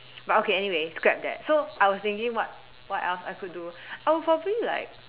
but okay anyway scrap that so I was thinking what what else I could do I will probably like